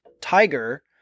tiger